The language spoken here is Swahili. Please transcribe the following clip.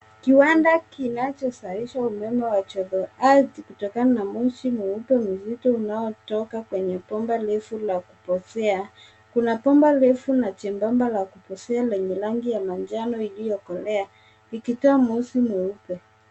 Kiwanda kinachozalisha umeme wa joto ardhi kutokana na moshi mweupe mzito unaotoka kwenye bomba refu la kuposea. Kuna bomba refu na jembamba la kuposea na la manjano iliyokolea likitoa moshi mweupe.